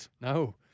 No